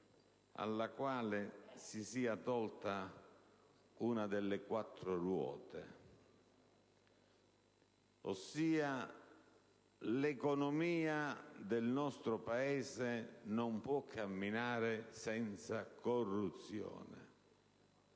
alla quale si sia tolta una delle quattro ruote. L'economia del nostro Paese non può cioè camminare senza corruzione.